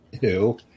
Ew